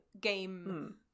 game